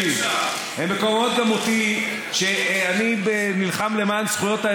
אין דבר יותר מגונה בעיניי מיהודי שעושה זילות לשואה,